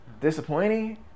Disappointing